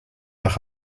nach